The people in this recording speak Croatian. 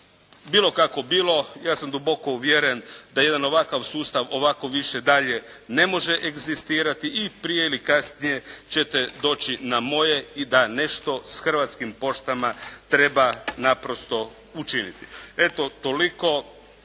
Bilo kako bilo, ja sam duboko uvjeren da jedan ovakav sustav ovako više dalje ne može egzistirati i prije ili kasnije ćete doći na moje i da nešto s Hrvatskim poštama treba naprosto učiniti. Eto, toliko.